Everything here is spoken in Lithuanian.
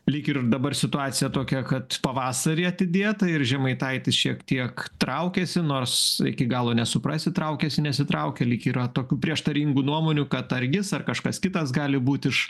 lyg ir dabar situacija tokia kad pavasarį atidėta ir žemaitaitis šiek tiek traukiasi nors iki galo nesuprasi traukiasi nesitraukia lyg yra tokių prieštaringų nuomonių kad ar jis ar kažkas kitas gali būti iš